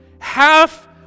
half